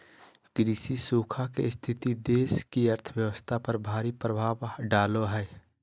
कृषि सूखा के स्थिति देश की अर्थव्यवस्था पर भारी प्रभाव डालेय हइ